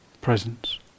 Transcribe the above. presence